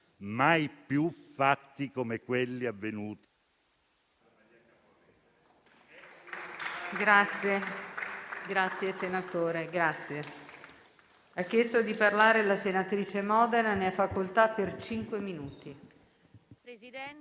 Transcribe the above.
Mai più fatti come quelli avvenuti.